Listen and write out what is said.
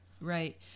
right